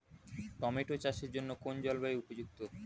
Tomato চাষের জন্য কোন জলবায়ু উপযুক্ত?